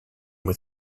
with